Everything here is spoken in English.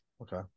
Okay